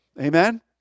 Amen